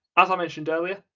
as i mentioned earlier,